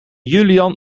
julian